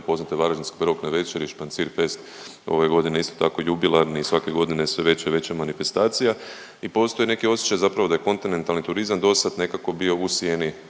poznate Varaždinske barokne večeri i Špancirfest, ove godine isto tako jubilarni i svake godine sve veća i veća manifestacija. I postoji neki osjećaj zapravo da je kontinentalni turizam do sad nekako bio u sjeni